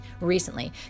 Recently